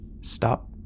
stop